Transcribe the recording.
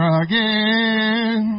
again